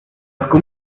gummi